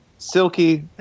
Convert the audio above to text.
silky